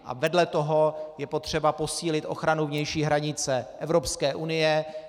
A vedle toho je potřeba posílit ochranu vnější hranice Evropské unie.